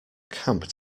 camp